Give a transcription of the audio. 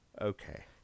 Okay